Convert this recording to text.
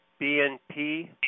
BNP